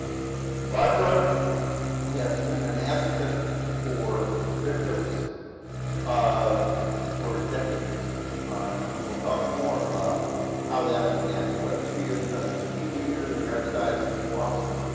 barbara has been an advocate for victims for decades and we will talk more about how that began. but she has been a key leader in the archdiocese of boston